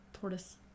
tortoise